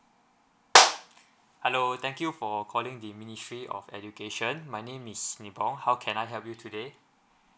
hello thank you for calling the ministry of education my name is how can I help you today